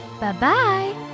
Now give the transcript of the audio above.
Bye-bye